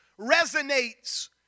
resonates